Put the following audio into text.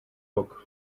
book